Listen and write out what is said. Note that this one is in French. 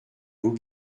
vous